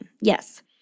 Yes